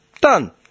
Done